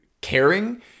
caring